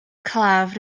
claf